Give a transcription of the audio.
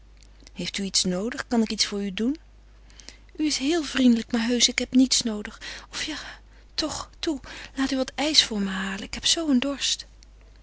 heeft u iets noodig kan ik iets voor u doen u is heel vriendelijk maar heusch ik heb niets noodig of ja toch toe laat u wat ijs voor me halen ik heb zoo een dorst